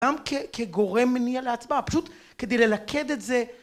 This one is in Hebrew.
גם כגורם מניע להצבעה. פשוט כדי ללכד את זה